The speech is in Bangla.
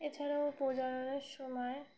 এছাড়াও প্রজনণের সময়